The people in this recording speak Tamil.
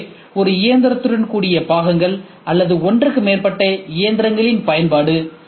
எனவே ஒரு இயந்திரத்துடன் கூடிய பாகங்கள் அல்லது ஒன்றுக்கு மேற்பட்ட இயந்திரங்களின் பயன்பாடு